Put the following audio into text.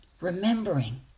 Remembering